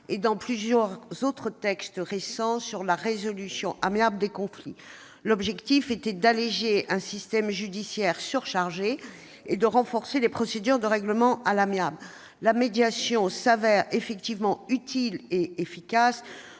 et dans plusieurs autres textes récents sur la résolution amiable des conflits. L'objectif était d'alléger un système judiciaire surchargé et de renforcer les procédures de règlement à l'amiable. La médiation se révèle effectivement utile et efficace